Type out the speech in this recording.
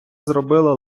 зробила